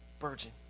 virgin